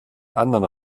anderen